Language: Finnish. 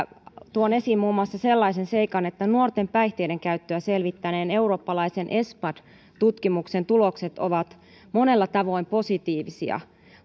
tuon esiin muun muassa sellaisen seikan että nuorten päihteidenkäyttöä selvittäneen eurooppalaisen espad tutkimuksen tulokset ovat monella tavoin positiivisia